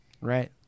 right